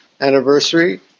anniversary